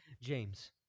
James